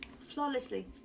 Flawlessly